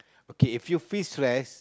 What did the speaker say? okay if you feel stress